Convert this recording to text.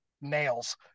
nails